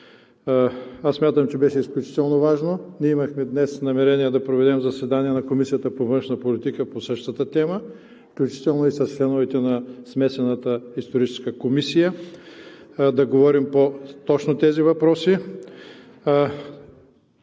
Аз смятам, че беше изключително важно. Ние имахме днес намерение да проведем заседание на Комисията по външна политика по същата тема, включително и с членовете на Смесената историческа комисия, да говорим по точно тези въпроси.